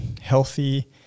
healthy